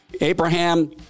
Abraham